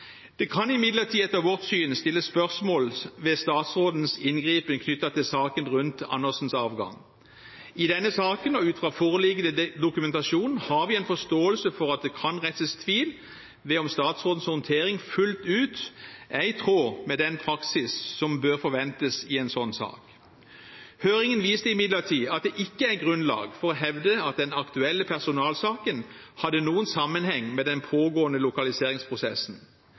Det kan imidlertid, etter vårt syn, stilles spørsmål ved statsrådens inngripen knyttet til saken rundt Andersens avgang. I denne saken og ut fra foreliggende dokumentasjon har vi forståelse for at det kan reises tvil om statsrådens håndtering fullt ut er i tråd med den praksis som bør forventes i en sånn sak. Høringen viste imidlertid at det ikke er grunnlag for å hevde at den aktuelle personalsaken hadde noen sammenheng med den pågående lokaliseringsprosessen.